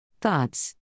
Thoughts